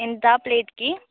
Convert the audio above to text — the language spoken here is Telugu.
ఎంత ప్లేట్కి